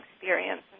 experience